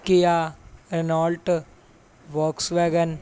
Kia Renault Volkswagen